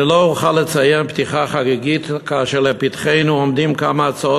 אני לא אוכל לציין פתיחה חגיגית כאשר לפתחנו עומדות כמה הצעות